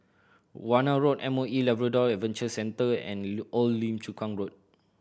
Warna Road M O E Labrador Adventure Centre and Old Lim Chu Kang Road